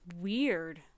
weird